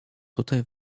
tutaj